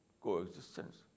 coexistence